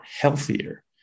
healthier